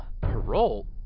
Parole